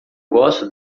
gosto